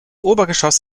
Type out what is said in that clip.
obergeschoss